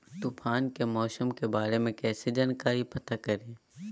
तूफान के मौसम के बारे में कैसे जानकारी प्राप्त करें?